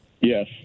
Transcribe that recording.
Yes